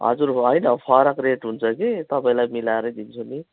हजुर हो होइन फरक रेट हुन्छ के तपईँलाई मिलाएर दिन्छु नि